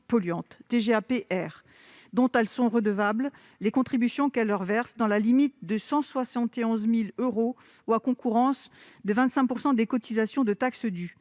polluantes (TGAP-Air) dont elles sont redevables les contributions qu'elles leur versent, dans la limite de 171 000 euros ou à concurrence de 25 % des cotisations de taxe dues.